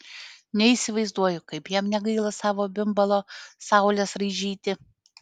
neįsivaizduoju kaip jam negaila savo bimbalo saules raižyti